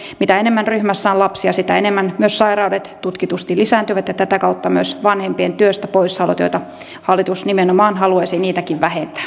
mitä enemmän ryhmässä on lapsia sitä enemmän myös sairaudet tutkitusti lisääntyvät ja tätä kautta myös vanhempien työstä poissaolot joita niitäkin hallitus nimenomaan haluaisi vähentää